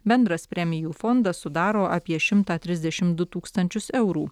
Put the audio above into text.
bendras premijų fondas sudaro apie šimtą trisdešimt du tūkstančius eurų